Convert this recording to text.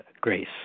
grace